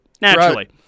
Naturally